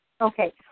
Okay